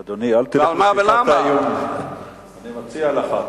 אדוני, אל תלך לשיטת האיום, אני מציע לך.